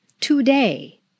today